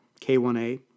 K1A